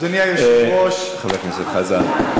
אדוני השר, תשובת הממשלה.